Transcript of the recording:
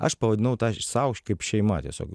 aš pavadinau tą sau kaip šeima tiesiog